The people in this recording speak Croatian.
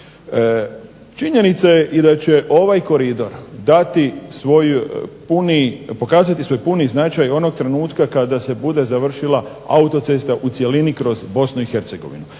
Činjenica je i da će ovaj koridor pokazati svoj puni značaj onog trenutka kada se bude završila autocesta u cjelini kroz Bosnu i Hercegovinu.